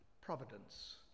providence